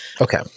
Okay